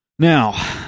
Now